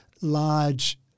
large